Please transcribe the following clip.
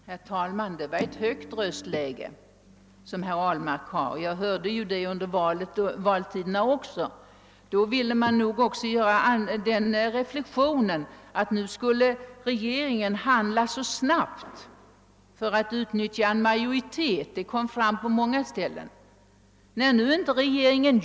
Herr talman! Herr Ahlmark har ett högt röstläge. Det hörde jag också un der valrörelsen, då man inom oppositionen ville göra gällande, att regeringen skulle vilja handla så snabbt för att utnyttja sin majoritet för överledning av Kaitumvattnet. Detta sades på många håll.